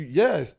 yes